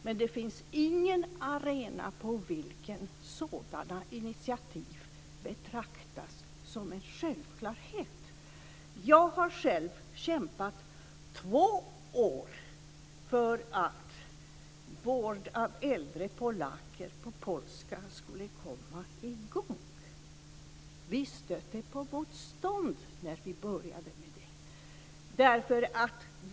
Men det finns ingen arena på vilken sådana initiativ betraktas som en självklarhet. Jag har själv kämpat i två år för att vård av äldre polacker på polska skulle komma i gång. Vi stötte på motstånd när vi började med detta.